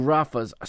Rafa's